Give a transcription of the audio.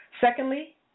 Secondly